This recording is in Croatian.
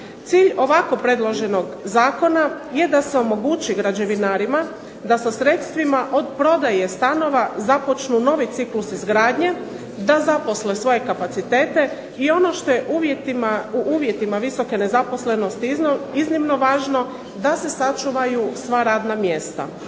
Cilj ovako predloženog zakona je da se omogući građevinarima da sa sredstvima od prodaje stanova započnu novi ciklus izgradnje, da zaposle svoje kapacitete i ono što je u uvjetima visoke nezaposlenosti iznimno važno da se sačuvaju sva radna mjesta.